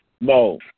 No